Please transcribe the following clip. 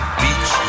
beach